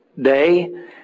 day